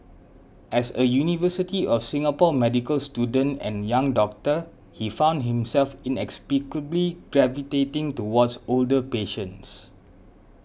as a University of Singapore medical student and young doctor he found himself gravitating towards older patients